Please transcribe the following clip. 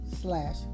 slash